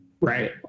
right